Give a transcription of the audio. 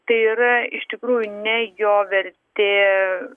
tai yra iš tikrųjų ne jo vertė ir